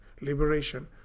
liberation